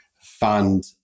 fund